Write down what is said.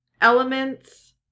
elements